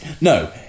No